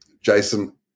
Jason